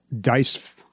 dice